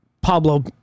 Pablo